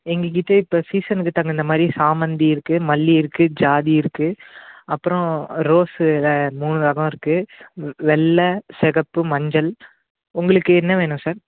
எங்கள் கிட்டே இப்போ சீசனுக்கு தகுந்த மாதிரி சாமந்தி இருக்குது மல்லி இருக்குது ஜாதி இருக்குது அப்புறம் ரோஸ் மூணு ரகம் இருக்குது வெள்ளை சிகப்பு மஞ்சள் உங்களுக்கு என்ன வேணும் சார்